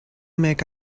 make